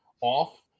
off